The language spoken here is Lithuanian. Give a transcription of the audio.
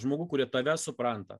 žmogų kuris tave supranta